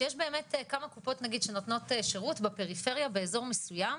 שיש באמת כמה קופות נגיד שנותנות שירות בפריפריה באזור מסוים.